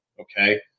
Okay